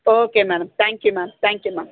okay madam thank you ma'am thank you ma'am